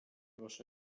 wasza